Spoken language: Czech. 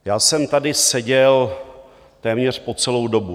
Já jsem tady seděl téměř po celou dobu.